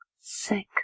Sick